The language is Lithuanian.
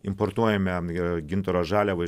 importuojame ir gintaro žaliavą